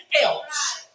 else